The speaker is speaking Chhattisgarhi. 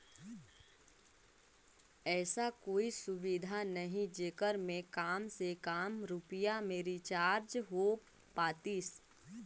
ऐसा कोई सुविधा नहीं जेकर मे काम से काम रुपिया मे रिचार्ज हो पातीस?